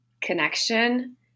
connection